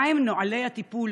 1. מהם נוהלי הטיפול